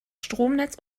stromnetz